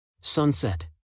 Sunset